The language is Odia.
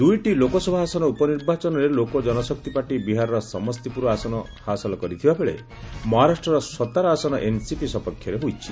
ଦୁଇଟି ଲୋକସଭା ଆସନ ଉପନିର୍ବାଚନରେ ଲୋକ ଜନଶକ୍ତି ପାର୍ଟି ବିହାରର ସମସ୍ତିପୁର ଆସନ ହାସଲ କରିଥିବାବେଳେ ମହାରାଷ୍ଟ୍ରର ସତାରା ଆସନ ଏନ୍ସିପି ସପକ୍ଷରେ ଯାଇଛି